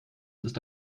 ist